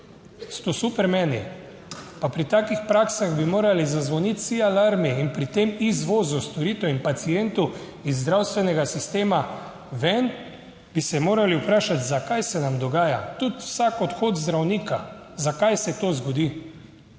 to Supermani? Pa pri takih praksah bi morali zazvoniti vsi alarmi! In pri tem izvozu storitev in pacientov iz zdravstvenega sistema ven bi se morali vprašati, zakaj se nam dogaja, tudi vsak odhod zdravnika, zakaj se to zgodi.